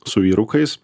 su vyrukais